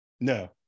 No